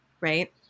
right